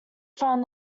from